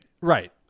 Right